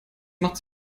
macht